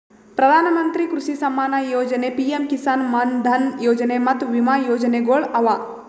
ಪ್ರಧಾನ ಮಂತ್ರಿ ಕೃಷಿ ಸಮ್ಮಾನ ಯೊಜನೆ, ಪಿಎಂ ಕಿಸಾನ್ ಮಾನ್ ಧನ್ ಯೊಜನೆ ಮತ್ತ ವಿಮಾ ಯೋಜನೆಗೊಳ್ ಅವಾ